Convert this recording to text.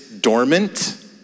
dormant